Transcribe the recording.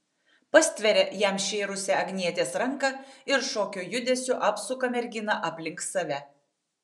pastveria jam šėrusią agnietės ranką ir šokio judesiu apsuka merginą aplink save